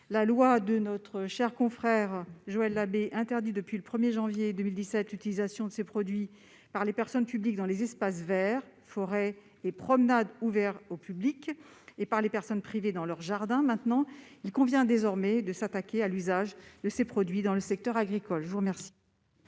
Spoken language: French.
le nom de notre cher collègue Joël Labbé interdit depuis le 1 janvier 2017 l'utilisation des produits phytosanitaires par les personnes publiques dans les espaces verts, forêts et promenades ouverts au public et par les personnes privées dans leur jardin. Il convient désormais de s'attaquer à l'usage de ces produits dans le secteur agricole. Quel